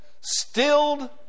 stilled